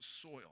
soil